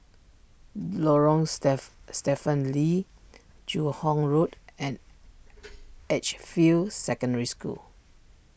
Lorong stiff Stephen Lee Joo Hong Road and Edgefield Secondary School